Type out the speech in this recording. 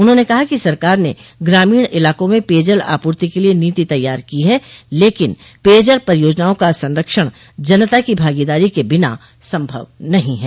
उन्होंने कहा कि सरकार ने ग्रामीण इलाकों में पेयजल आपूर्ति के लिए नीति तैयार की है लेकिन पेयजल परियोजनाओं का संरक्षण जनता की भागीदारी के बिना संभव नहीं है